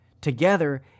together